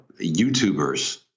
YouTubers